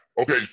Okay